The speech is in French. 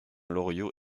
loriot